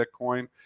Bitcoin